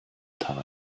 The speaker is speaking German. tal